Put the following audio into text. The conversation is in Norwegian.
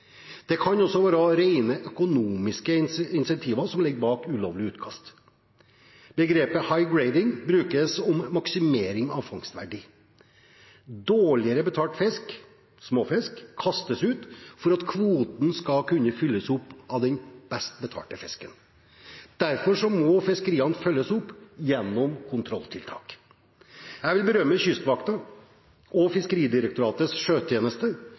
Det kan også være rent økonomiske incentiver som ligger bak ulovlig utkast. Begrepet «high-grading» brukes om maksimering av fangstverdi. Dårligere betalt småfisk kastes ut for at kvoten skal kunne fylles opp av den best betalte fisken. Derfor må fiskeriene følges opp gjennom kontrolltiltak. Jeg vil berømme Kystvakten og Fiskeridirektoratets sjøtjeneste,